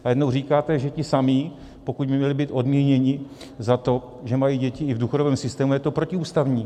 A najednou říkáte, že ti samí, pokud by měli být odměněni za to, že mají děti, i v důchodovém systému, je to protiústavní.